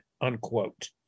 unquote